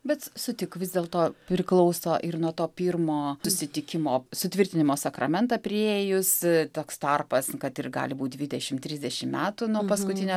bet sutik vis dėlto priklauso ir nuo to pirmo susitikimo sutvirtinimo sakramentą priėjus toks tarpas kad ir gali būt dvidešim trisdešim metų nuo paskutinio